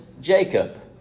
Jacob